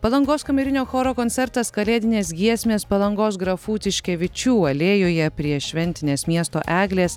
palangos kamerinio choro koncertas kalėdinės giesmės palangos grafų tiškevičių alėjoje prie šventinės miesto eglės